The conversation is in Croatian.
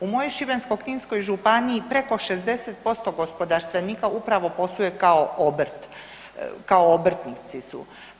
U mojoj Šibensko-kninskoj županiji, preko 60% gospodarstvenika upravo posluje kao obrt, kao obrtnici su.